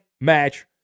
match